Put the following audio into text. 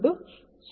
C 0